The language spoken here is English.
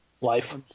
Life